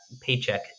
paycheck